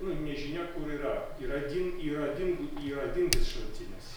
nu nežinia kur yra yra ding yra dingu yra dingęs šaltinis